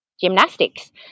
gymnastics